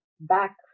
back